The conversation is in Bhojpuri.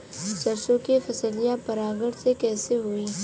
सरसो के फसलिया परागण से कईसे होई?